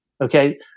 okay